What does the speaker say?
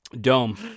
Dome